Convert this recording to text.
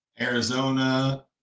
Arizona